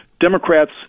Democrats